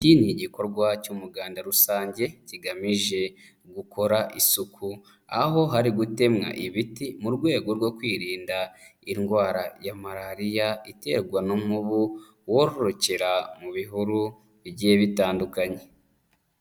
Iki ni igikorwa cy'umuganda rusange kigamije gukora isuku, aho hari gutemwa ibiti mu rwego rwo kwirinda indwara ya malariya iterwa n'umubu wororokera mu bihuru bigiye bitandukanye.